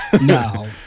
No